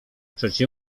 przecie